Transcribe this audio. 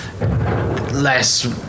less